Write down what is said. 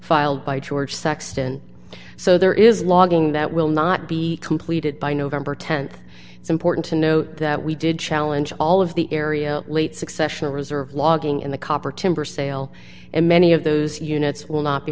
filed by george sexton so there is logging that will not be completed by november th it's important to note that we did challenge all of the area late succession of reserve logging in the copper timber sale and many of those units will not be